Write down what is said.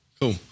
cool